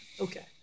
Okay